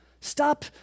Stop